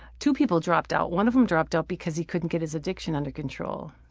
two people dropped out. one of them dropped out because he couldn't get his addiction under control.